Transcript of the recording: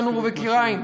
תנור וכיריים?